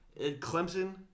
Clemson